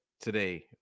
today